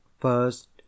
first